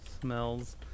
Smells